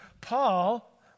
Paul